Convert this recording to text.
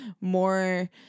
More